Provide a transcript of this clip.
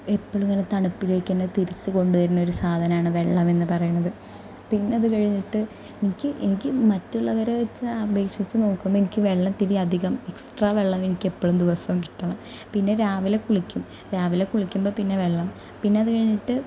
എപ്പോഴും ഇങ്ങനെ തണുപ്പിലേക്ക് എന്നെ തിരിച്ചുകൊണ്ടുവരുന്ന ഒരു സാധനമാണ് വെള്ളമെന്നുപറയുന്നത് പിന്നെ അതുകഴിഞ്ഞിട്ട് എനിക്ക് എനിക്ക് മറ്റുള്ളവരെ വെച്ച് അപേക്ഷിച്ച് നോക്കുമ്പോൾ എനിക്ക് വെള്ളത്തിരി അധികം എക്സ്ട്രാ വെള്ളം എനിക്ക് എപ്പോഴും ദിവസവും കിട്ടണം പിന്നെ രാവിലെ കുളിക്കും രാവിലെ കുളിക്കുമ്പോൾ പിന്നെ വെള്ളം പിന്നെ അതുകഴിഞ്ഞിട്ട്